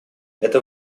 это